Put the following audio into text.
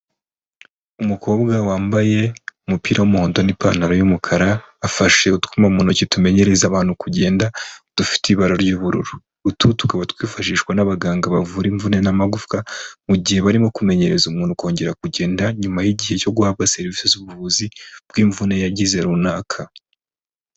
Umukobwa wambaye umupira w'umuhodo n'ipantaro y'umukara, afashe utwuma mu ntoki tumenyereza abantu kugenda dufite ibara ry'ubururu. Utu tukaba twifashishwa n'abaganga bavura imvune n'amagufwa, mu gihe barimo kumenyereza umuntu kongera kugenda, nyuma y'igihe cyo guhabwa serivisi z'ubuvuzi bw'imvune yagize runaka.